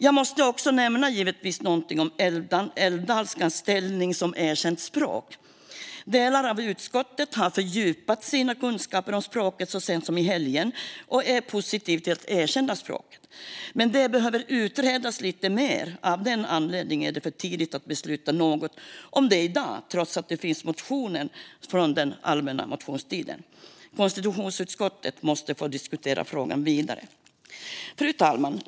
Jag ska givetvis också nämna något om älvdalskans ställning som ett erkänt språk. Delar av utskottet har fördjupat sina kunskaper om språket så sent som i helgen och är positiva till att erkänna språket. Men det behöver utredas lite mer. Av den anledningen är det för tidigt att besluta något om det i dag, trots att det finns motioner om detta från allmänna motionstiden. Konstitutionsutskottet måste få diskutera frågan vidare. Fru talman!